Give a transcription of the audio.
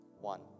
one